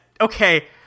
Okay